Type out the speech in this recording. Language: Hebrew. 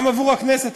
גם עבור הכנסת,